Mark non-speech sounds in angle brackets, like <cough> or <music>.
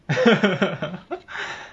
<laughs>